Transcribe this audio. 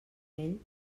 ell